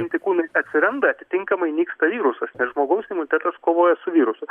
antikūnai atsiranda atitinkamai nyksta virusas žmogaus imunitetas kovoja su virusu